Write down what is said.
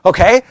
Okay